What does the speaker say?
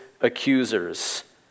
accusers